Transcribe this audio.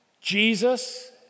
Jesus